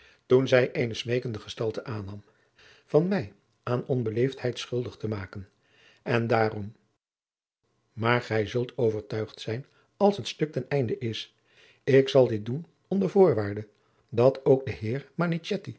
toen zij eene smeekende gestalte aannam van mij aan onbeleefdheid schuldig te maken en daarom maar gij zult overtuigd zijn als het stuk ten einde is ik zal dit doen onder voorwaarde dat ook de